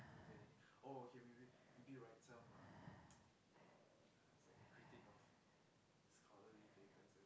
<S<